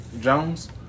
Jones